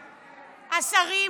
השרים,